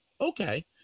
okay